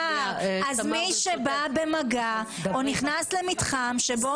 נהדר אז מי שבא במגע או נכנס למתחם שבו